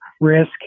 risk